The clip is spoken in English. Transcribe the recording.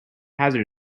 hazard